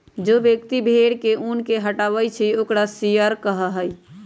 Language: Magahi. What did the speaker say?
जो व्यक्ति भेड़ के ऊन के हटावा हई ओकरा शियरर कहा हई